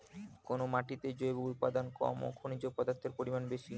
কোন মাটিতে জৈব উপাদান কম ও খনিজ পদার্থের পরিমাণ বেশি?